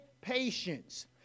patience